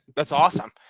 that's awesome.